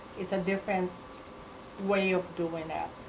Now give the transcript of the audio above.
it's a different way of doing that.